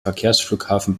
verkehrsflughafen